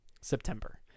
September